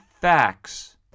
facts